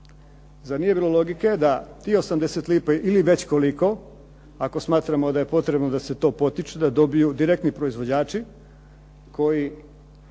Zar nije bilo logike da tih 80 lipa ili već koliko ako smatramo da je potrebno da se to potiče da dobiju direktni proizvođači koji